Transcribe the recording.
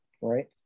right